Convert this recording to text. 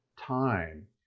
time